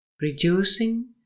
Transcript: reducing